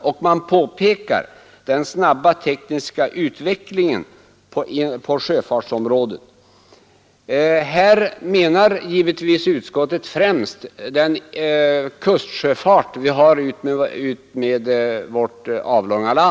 Man hänvisar till den snabba tekniska utvecklingen på sjöfartsområdet. Här avser utskottet givetvis främst den kustsjöfart som bedrivs utmed vår långa kust.